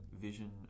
vision